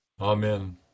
Amen